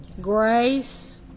Grace